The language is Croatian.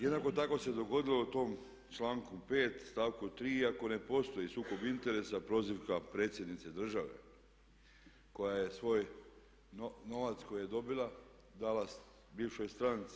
Jednako tako se dogodilo u tom članku 5. stavku 3. iako ne postoji sukob interesa prozivka predsjednice države koja je svoj novac koji je dobila dala bivšoj stranci.